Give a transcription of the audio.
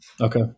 Okay